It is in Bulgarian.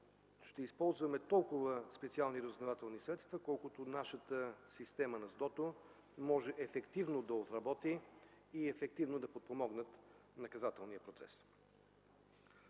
ще използваме толкова специални разузнавателни средства, колкото нашата система на СДОТО може ефективно да отработи и ефективно да подпомогнат наказателния процес.